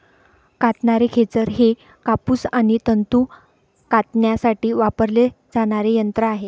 कातणारे खेचर हे कापूस आणि तंतू कातण्यासाठी वापरले जाणारे यंत्र आहे